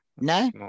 No